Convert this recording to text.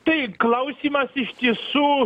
taip klausimas iš tiesų